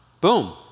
boom